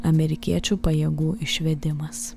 amerikiečių pajėgų išvedimas